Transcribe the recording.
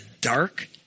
dark